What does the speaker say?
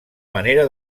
manera